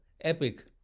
epic